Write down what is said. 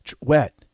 Wet